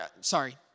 sorry